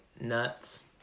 nuts